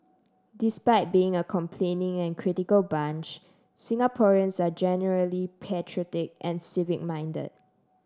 despite being a complaining and critical bunch Singaporeans are generally patriotic and minded